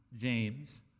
James